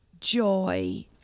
joy